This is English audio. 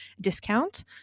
discount